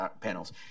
panels